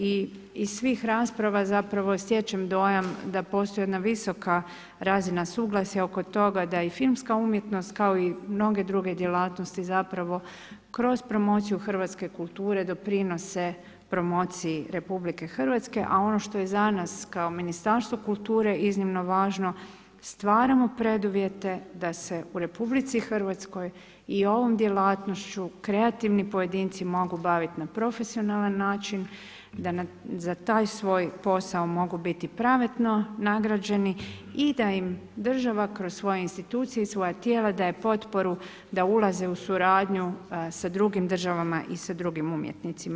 Iz svih rasprava zapravo stječem dojam da postoji jedna visoka razina suglasja oko toga da i filmska umjetnost kao i mnoge druge djelatnosti zapravo kroz promociju hrvatske kulture doprinose promociji RH a opno što je za nas kao Ministarstvo kulture iznimno važno, stvaramo preduvjete da se u RH i ovom djelatnošću, kreativni pojedinci mogu baviti na profesionalan način, da za taj svoj posao mogu biti pravedno nagrađeni i da im država kroz svoje institucije i svoja tijela daje potporu da ulaze u suradnju sa drugim državama i sa drugim umjetnicima.